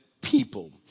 people